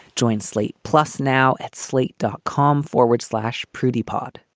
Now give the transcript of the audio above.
join slate plus now at slate dot com forward slash prudy pod